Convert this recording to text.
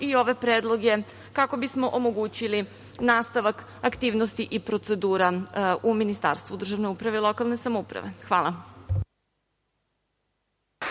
i ove predloge kako bismo omogućili nastavak aktivnosti i procedura u Ministarstvu državne uprave i lokalne samouprave. Hvala.